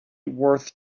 worth